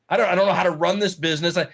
i don't i don't know how to run this business. ah